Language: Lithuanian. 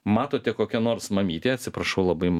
matote kokia nors mamytė atsiprašau labai